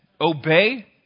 obey